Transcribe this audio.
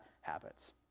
habits